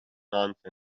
nonsense